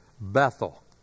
Bethel